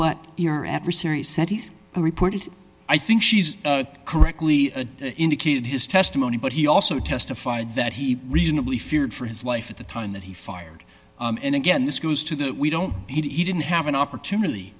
what your adversary's said he's reported i think she's correctly indicated his testimony but he also testified that he reasonably feared for his life at the time that he fired and again this goes to that we don't he didn't have an opportunity